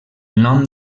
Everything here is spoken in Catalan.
nom